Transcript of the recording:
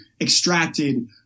extracted